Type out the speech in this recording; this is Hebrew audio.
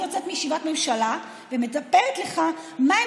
אני יוצאת מישיבת ממשלה ומספרת לך מהם